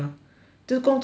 就是工作地点吗